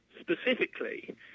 specifically